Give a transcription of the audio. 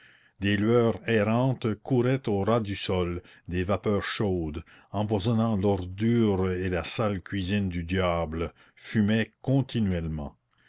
des lueurs errantes couraient au ras du sol des vapeurs chaudes empoisonnant l'ordure et la sale cuisine du diable fumaient continuellement